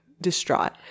distraught